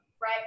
right